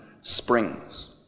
springs